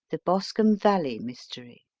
the boscombe valley mystery